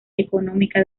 económica